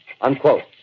Unquote